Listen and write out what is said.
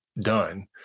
done